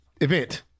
event